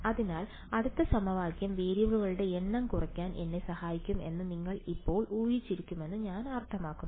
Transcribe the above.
അതിനാൽ അടുത്ത സമവാക്യം വേരിയബിളുകളുടെ എണ്ണം കുറയ്ക്കാൻ എന്നെ സഹായിക്കും എന്ന് നിങ്ങൾ ഇപ്പോൾ ഊഹിച്ചിരിക്കുമെന്ന് ഞാൻ അർത്ഥമാക്കുന്നു